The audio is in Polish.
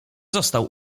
został